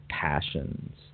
passions